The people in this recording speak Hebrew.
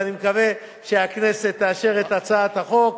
ואני מקווה שהכנסת תאשר את הצעת החוק.